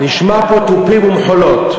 אז נשמע פה תופים ומחולות.